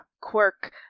quirk